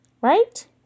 Right